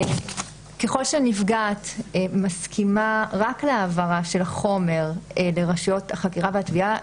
שככל שנפגעת מסכימה רק להעברה של החומר לרשויות החקירה והתביעה,